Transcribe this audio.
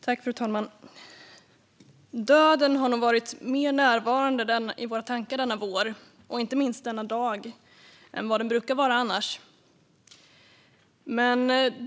Fru talman! Döden har nog varit mer närvarande i våra tankar denna vår och inte minst i dag än vad den annars brukar vara.